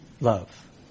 Love